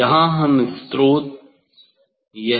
यहाँ यह स्रोत है यह